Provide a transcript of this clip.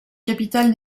capital